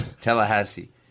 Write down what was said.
Tallahassee